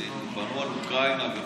הינה, אפרופו על אוקראינה וכו'